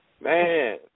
Man